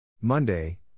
Monday